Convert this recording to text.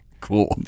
Cool